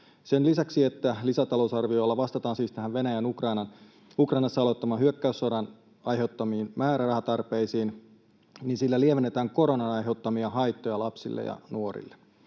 Sen lisäksi, että lisätalousarviolla vastataan siis Venäjän Ukrainassa aloittaman hyökkäyssodan aiheuttamiin määrärahatarpeisiin, sillä lievennetään koronan aiheuttamia haittoja lapsille ja nuorille.